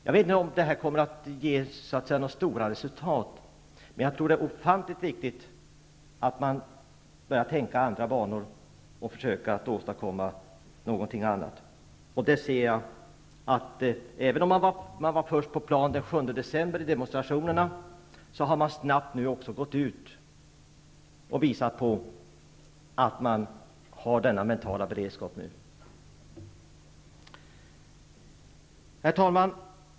Jag vet inte om detta kommer att leda till några stora resultat, men jag tror att det är ofantligt viktigt att börja tänka i andra banor och försöka åstadkomma något annat. Även om man i Sollefteå var först på plan i december med demonstrationerna, har man nu också snabbt gått ut och visat att man har denna mentala beredskap. Herr talman!